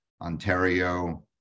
ontario